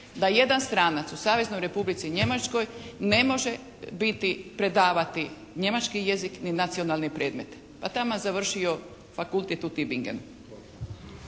da jedan stranac u Saveznoj Republici Njemačkoj ne može biti, predavati njemački jezik ni nacionalne predmete, pa taman završio fakultet u Tübingenu.